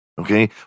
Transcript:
Okay